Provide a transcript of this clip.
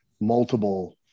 multiple